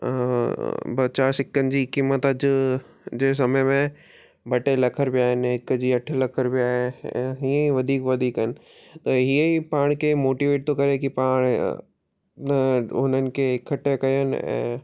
ॿ चार सिकनि जी क़ीमत अॼु जे समय में ॿ टे लख रुपया आहिनि हिक जी अठ लख रुपया आहे हीअं ई वधीक वधीक आहिनि त हीअं ई पाण खे मोटिवेट थो करे की पाण हुननि खे इकठा कयनि ऐं